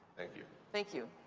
thank you. thank you.